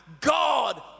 god